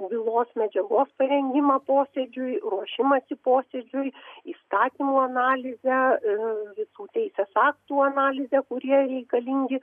bylos medžiagos parengimą posėdžiui ruošimąsi posėdžiui įstatymų analizę ir visų teisės aktų analizę kurie reikalingi